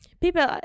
People